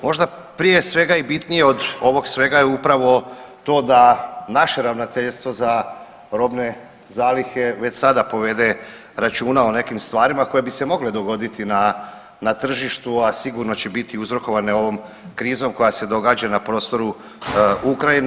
Možda prije svega i bitnije od ovog svega je upravo to da naše ravnateljstvo za robne zalihe već sada povede računa o nekim stvarima koje bi se mogle dogoditi na tržištu, a sigurno će biti uzrokovane ovom krizom koja se događa na prostoru Ukrajine.